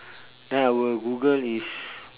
then I will google is